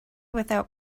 without